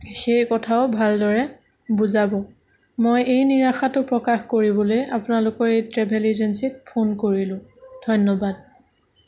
সেইকথা ভালদৰে বুজাব মই এই নিৰাশাটো বুজাবলৈ আপোনালোকৰ এই ট্ৰেভেল এজেঞ্চিক ফোন কৰিলো ধন্যবাদ